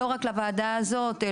לא רק לוועדה הזאת,